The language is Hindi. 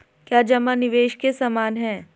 क्या जमा निवेश के समान है?